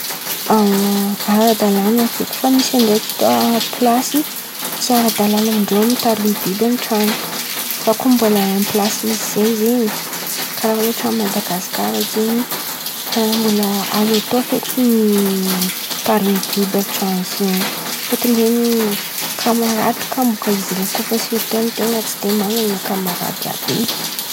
Ara-dalàna feky fa misy andraikitra pilasy tsy ara-dalàna amindreo mitarimy biby an-tran̈o fa koa mbola amin̈'ny pilasy misy zahay zen̈y karà ôhatra a Madagasikara zen̈y kàra mbola azo atao feky mitarimy biby an-tran̈o zen̈y, fôtony zen̈y kamarady kà bàka izy ren̈y koa fa sirto an-ten̈a tsy de man̈ana kamarady àby in̈y.